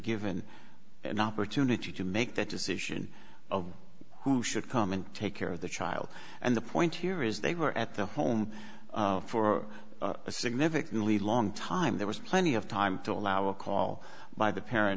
given an opportunity to make that decision of who should come and take care of the child and the point here is they were at the home for a significantly long time there was plenty of time to allow a call by the parent